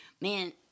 man